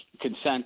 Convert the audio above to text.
consent